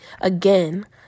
Again